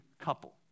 couple